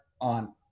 on